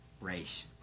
race